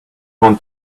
want